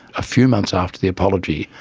a few months after the apology.